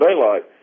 daylight